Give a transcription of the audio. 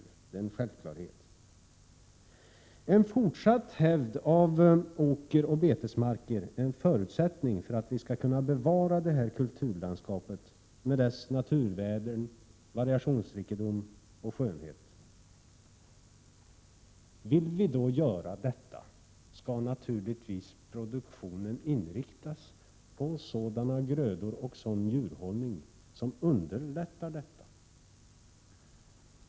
Det är en självklarhet. En fortsatt hävd av åkeroch betesmark är förutsättningen för att vi skall kunna bevara det öppna kulturlandskapet med dess naturvärden, variationsrikedom och skönhet. Vill vi göra detta skall naturligtvis produktionen inriktas på sådana grödor och sådan djurhållning som underlättar detta.